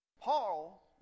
Paul